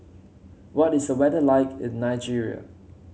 what is the weather like in Nigeria